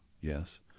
Yes